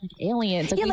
aliens